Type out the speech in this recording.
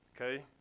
Okay